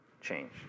change